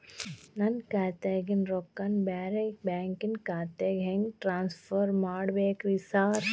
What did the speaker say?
ನನ್ನ ಖಾತ್ಯಾಗಿನ ರೊಕ್ಕಾನ ಬ್ಯಾರೆ ಬ್ಯಾಂಕಿನ ಖಾತೆಗೆ ಹೆಂಗ್ ಟ್ರಾನ್ಸ್ ಪರ್ ಮಾಡ್ಬೇಕ್ರಿ ಸಾರ್?